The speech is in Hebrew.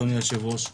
אדוני היושב-ראש,